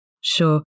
Sure